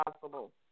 possible